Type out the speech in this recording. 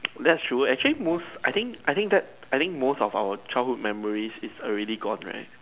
that true actually most I think I think that I think most of our childhood memory is already gone right